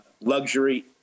luxury